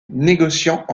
négociant